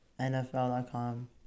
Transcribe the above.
NFL.com